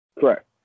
Correct